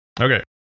Okay